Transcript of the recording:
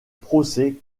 procès